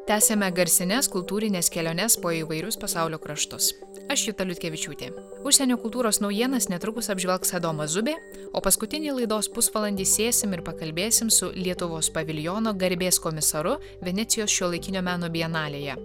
tęsiame garsines kultūrines keliones po įvairius pasaulio kraštus aš juta liutkevičiūtė užsienio kultūros naujienas netrukus apžvelgs adomas zubė o paskutinį laidos pusvalandį sėsim ir pakalbėsim su lietuvos paviljono garbės komisaru venecijos šiuolaikinio meno bienalėje